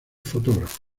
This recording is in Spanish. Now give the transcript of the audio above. fotógrafo